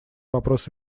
вопрос